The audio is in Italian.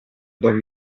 don